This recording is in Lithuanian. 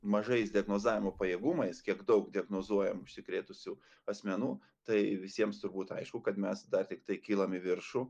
mažais diagnozavimo pajėgumais kiek daug diagnozuojam užsikrėtusių asmenų tai visiems turbūt aišku kad mes dar tiktai kylam į viršų